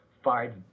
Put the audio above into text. five